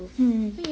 hmm